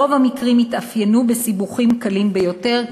רוב המקרים התאפיינו כסיבוכים קלים ביותר,